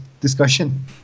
discussion